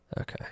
Okay